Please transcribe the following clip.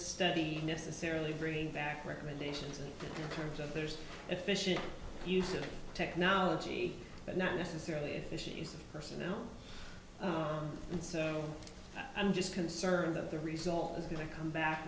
study necessarily bringing back recommendations in terms of there's efficient use of technology but not necessarily efficient use of personnel and so i'm just concerned that the result is going to come back